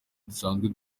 dusanzwe